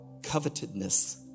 covetedness